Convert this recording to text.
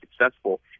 successful